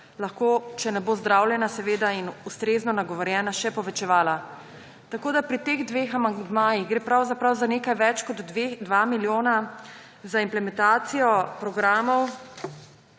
lahko, če ne bo zdravljena seveda in ustrezno nagovorjena, še povečevala. Tako gre pri teh dveh amandmajih pravzaprav za nekaj več kot 2 milijona za implementacijo programov